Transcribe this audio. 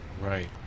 Right